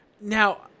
Now